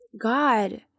God